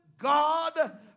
God